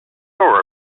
sure